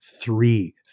Three